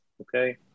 Okay